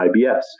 IBS